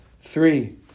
Three